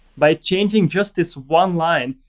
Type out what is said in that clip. by changing just this one line,